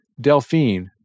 Delphine